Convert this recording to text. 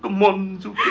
one two